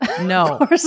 No